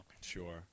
Sure